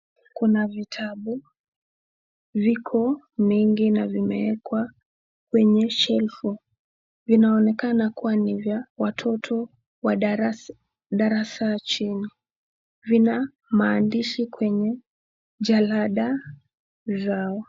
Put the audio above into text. Kuna vitabu, viko mingi na vimewekwa kwenye [shelfu] vinaonekana kuwa ni vya watoto wa darasa darasa ya chini vina maandishi kwenye jalada zao.